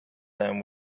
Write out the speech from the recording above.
them